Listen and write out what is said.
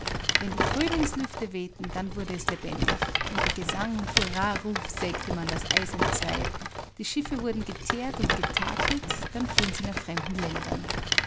wenn die frühlingslüfte wehten dann wurde es lebendig unter gesang und hurraruf sägte man das eis entzwei die schiffe wurden geteert und getakelt dann fuhren sie nach fremden ländern